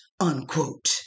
unquote